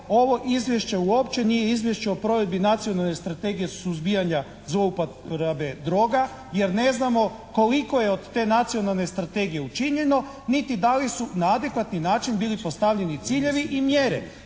ovo Izvješće uopće nije Izvješće o provedbi Nacionalne strategije suzbijanja zlouporabe droga jer ne znamo koliko je od te Nacionalne strategije učinjeno niti da li su na adekvatni način bili postavljeni ciljevi i mjere,